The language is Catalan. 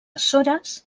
açores